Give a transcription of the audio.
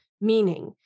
Meaning